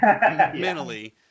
mentally